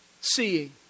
Seeing